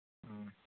ꯎꯝ